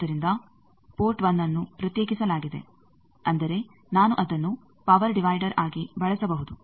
ಆದ್ದರಿಂದ ಪೋರ್ಟ್ 1ಅನ್ನು ಪ್ರತ್ಯೇಕಿಸಲಾಗಿದೆ ಅಂದರೆ ನಾನು ಅದನ್ನು ಪವರ್ ಡಿವೈಡರ್ ಆಗಿ ಬಳಸಬಹುದು